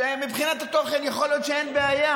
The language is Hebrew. מבחינת התוכן יכול להיות שאין בעיה,